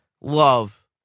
love